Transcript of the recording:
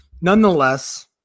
nonetheless